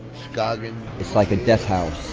scoggins like a death house,